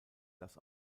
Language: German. das